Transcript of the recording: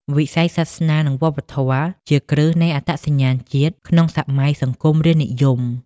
វិស័យសាសនា និងវប្បធម៌ជាគ្រឹះនៃអត្តសញ្ញាណជាតិក្នុងសម័យសង្គមរាស្ត្រនិយម។